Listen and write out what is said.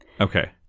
Okay